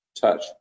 touch